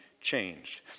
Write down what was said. changed